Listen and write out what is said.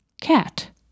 cat